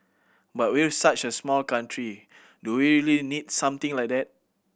but we're such a small country do we really need something like that